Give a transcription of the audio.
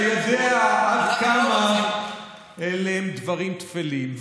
אתה יודע עד כמה אלה הם דברים תפלים.